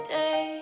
day